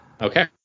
Okay